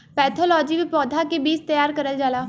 pathology में पौधा के बीज तैयार करल जाला